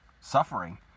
suffering